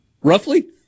Roughly